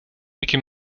mickey